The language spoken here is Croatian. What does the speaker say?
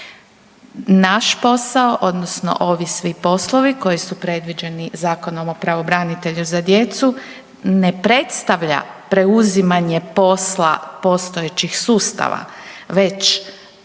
Naš posao odnosno ovi svi poslovi koji su predviđeni Zakonom o pravobranitelju za djecu ne predstavlja preuzimanje posla postojećih sustava već